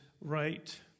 right